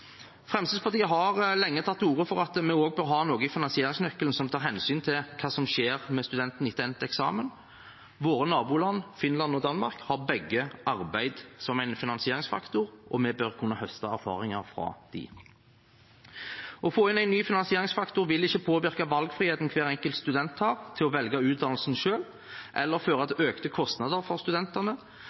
Fremskrittspartiet har lenge tatt til orde for at vi også bør ha noe i finansieringsnøkkelen som tar hensyn til hva som skjer med studentene etter endt eksamen. Våre naboland Finland og Danmark har begge arbeid som en finansieringsfaktor, og vi bør kunne høste erfaringer fra dem. Å få inn en ny finansieringsfaktor vil ikke påvirke valgfriheten hver enkelt student har til å velge utdannelsen selv, eller føre til økte kostnader for studentene,